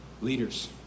leaders